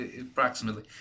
approximately